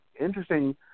interesting